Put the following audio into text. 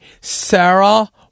Sarah